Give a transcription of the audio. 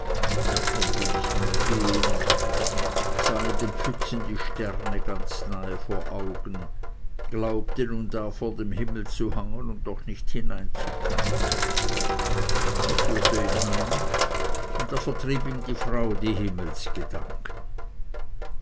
er konnte nicht mehr gehen sah in den pfützen die sterne ganz nahe vor augen glaubte nun da vor dem himmel zu hangen und doch nicht hinein zu können ich führte ihn heim da vertrieb ihm die frau die